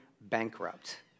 bankrupt